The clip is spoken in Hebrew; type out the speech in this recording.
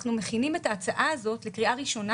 אנחנו מכינים את ההצעה הזאת לקריאה הראשונה,